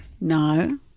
No